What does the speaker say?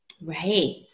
Right